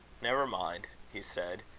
never mind, he said,